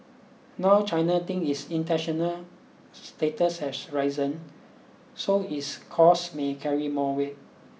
now China thinks its international status has risen so its calls may carry more weight